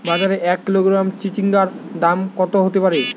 বাজারে এক কিলোগ্রাম চিচিঙ্গার দাম কত হতে পারে?